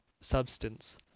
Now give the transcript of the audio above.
substance